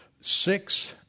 six